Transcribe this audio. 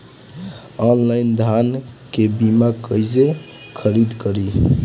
Online धान के बीया कइसे खरीद करी?